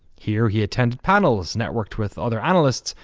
here he attended panels, networked with other analysts,